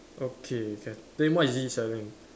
okay can then what is it selling